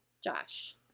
Josh